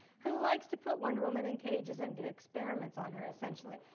who likes to put wonder woman in cages and do experiments on her, essentially.